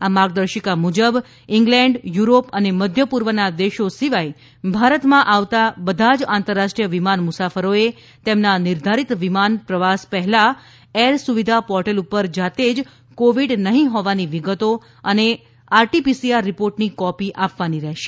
આ માર્ગદર્શિકા મુજબ ઈંગ્લેન્ડ યુરોપ અને મધ્યપૂર્વના દેશો સિવાય ભારતમાં આવતા બધા જ આંતરરાષ્ટ્રીય વિમાન મુસાફરોએ તેમના નિર્ધારીત વિમાન પ્રવાસ પહેલા એર સુવિધા પોર્ટેલ ઉપર જાતે જ કોવિડ નહીં હોવાની વિગતો અને આરટીપીસીઆર રિપોર્ટની કોપી આપવાની રહેશે